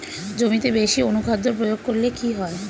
জমিতে বেশি অনুখাদ্য প্রয়োগ করলে কি হয়?